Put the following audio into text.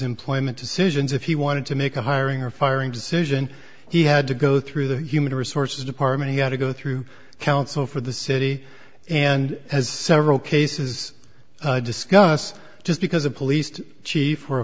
employment decisions if he wanted to make a hiring or firing decision he had to go through the human resources department got to go through counsel for the city and has several cases discussed just because a police chief or a